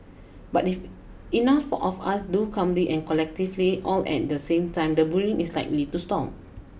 but if enough of us do calmly and collectively all at the same time the bullying is likely to stop